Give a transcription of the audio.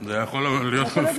זה היה יכול להיות מפתיע.